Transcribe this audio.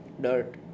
Dirt